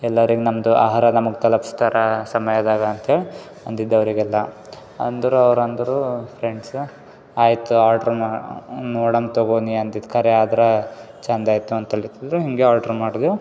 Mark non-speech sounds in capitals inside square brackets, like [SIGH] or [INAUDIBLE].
ಎಲ್ಲರಿಗೆ ನಮ್ಮದು ಆಹಾರ ನಮ್ಗೆ ತಲುಪಿಸ್ತಾರ ಸಮಯದಾಗ ಅಂತೇಳಿ ಅಂದಿದ್ದೆ ಅವರಿಗೆಲ್ಲ ಅಂದರು ಅವ್ರು ಅಂದರು ಫ್ರೆಂಡ್ಸ್ ಆಯಿತು ಆಡ್ರ್ ನೋಡಮ್ ತಗೊ ನಿ ಅಂದಿದ್ದು ಕರೆ ಆದರೆ ಚಂದ ಇತ್ತು ಅಂತೇಳಿ [UNINTELLIGIBLE] ಹಿಂಗೆ ಆಡ್ರ್ ಮಾಡ್ದೆವು